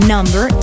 Number